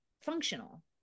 functional